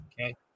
Okay